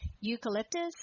Eucalyptus